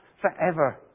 forever